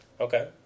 Okay